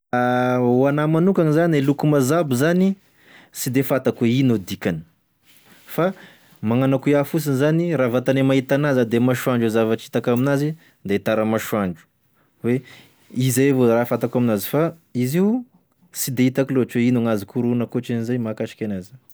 Ho anah manokany zany e loko mazabo zany sy defantako hoe ino e dikany fa magnano akoa iah fosiny zany raha vantagne mahita an'azy ah de masoandro zavatry hitako amin'azy de taramasoandro, hoe izay avao raha fantako amin'azy fa izy io sy de hitako loatry hoe ino gn'azoko rorognina ankoatran'izay mahakasiky an'azy.